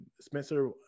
Spencer